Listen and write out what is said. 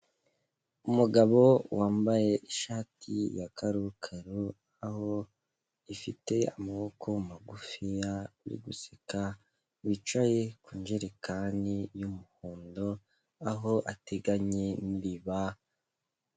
Umugabo wambaye ishati ya karokaro, aho ifite amaboko magufiya, uri guseka, wicaye ku njerekani y'umuhondo, aho ateganye n'iriba.